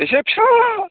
एसे फिसा